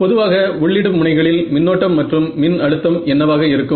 பொதுவாக உள்ளிடும் முனைகளில் மின்னோட்டம் மற்றும் மின் அழுத்தம் என்னவாக இருக்கும்